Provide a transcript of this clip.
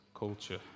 Culture